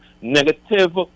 negative